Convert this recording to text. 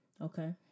Okay